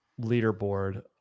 leaderboard